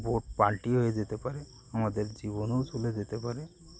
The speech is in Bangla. বোট পাল্টি হয়ে যেতে পারে আমাদের জীবনেও চলে যেতে পারে